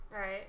Right